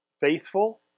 faithful